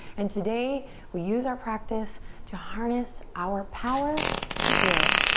and today we use our practice to harness our power to grow.